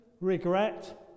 regret